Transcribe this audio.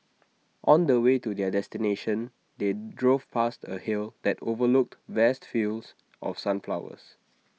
on the way to their destination they drove past A hill that overlooked vast fields of sunflowers